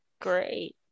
great